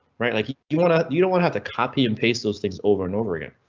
right? like you you wanna you don't wanna have to copy and paste those things over and over again,